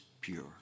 pure